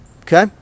okay